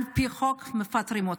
ועל פי החוק מפטרים.